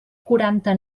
quaranta